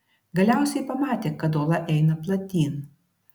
galiausiai pamatė kad ola eina platyn